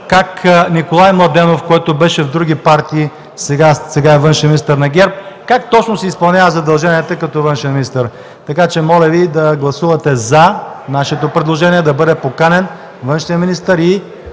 как Николай Младенов, който беше в други партии, сега е външен министър на ГЕРБ, как точно си изпълнява задълженията като външен министър. Моля Ви да гласувате за нашето предложение – да бъде поканен външният министър